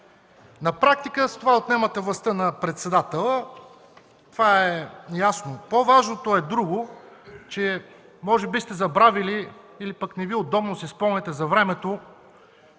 На практика с това отнемате властта на председателя. Това е ясно. По-важното е друго, че може би сте забравили, или пък не Ви е удобно да си спомняте за времето